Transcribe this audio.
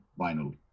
vinyl